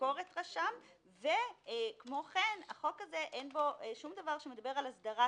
ביקורת וכמו כן החוק הזה אין בו שום דבר על הסדרה